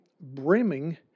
brimming